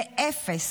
ואפס,